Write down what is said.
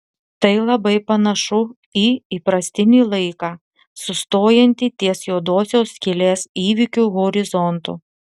tai labai panašu į įprastinį laiką sustojantį ties juodosios skylės įvykių horizontu